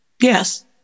Yes